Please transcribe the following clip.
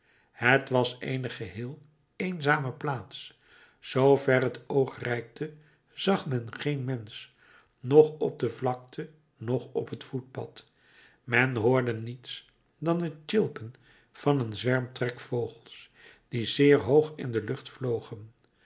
het was eene geheel eenzame plaats zoo ver het oog reikte zag men geen mensch noch op de vlakte noch op het voetpad men hoorde niets dan het tjilpen van een zwerm trekvogels die zeer hoog in de lucht vlogen